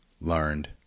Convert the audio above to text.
learned